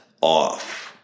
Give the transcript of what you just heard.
off